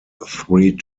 three